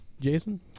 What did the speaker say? Jason